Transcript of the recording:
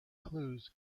clues